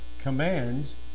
commands